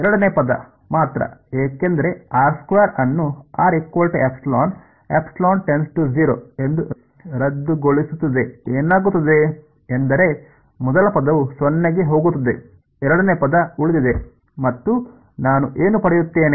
ಎರಡನೆಯ ಪದ ಮಾತ್ರ ಏಕೆಂದರೆ ಅನ್ನು ಎಂದು ರದ್ದುಗೊಳಿಸುತ್ತದೆಏನಾಗುತ್ತದೆ ಎಂದರೆ ಮೊದಲ ಪದವು ಸೊನ್ನೆಗೆ ಹೋಗುತ್ತದೆಎರಡನೇ ಪದ ಉಳಿದಿದೆ ಮತ್ತು ನಾನು ಏನು ಪಡೆಯುತ್ತೇನೆ